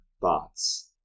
thoughts